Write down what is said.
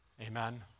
Amen